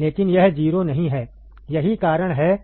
लेकिन यह 0 नहीं है यही कारण है